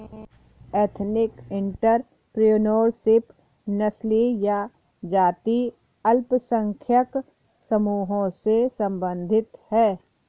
ethnic entrepreneurship नस्लीय या जातीय अल्पसंख्यक समूहों से संबंधित हैं